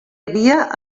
havia